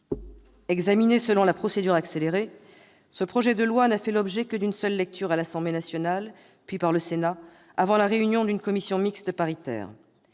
Examiné selon la procédure accélérée, ce projet de loi n'a fait l'objet que d'une seule lecture par l'Assemblée nationale puis par le Sénat, avant la réunion d'une commission mixte paritaire.